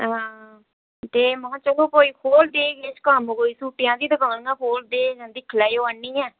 हां ते म्हां तुस कोई खोहल्दे किश कम्म कोई छुट्टियां हियां दकानां खोह्लदे दिक्खी लैओ आह्नियै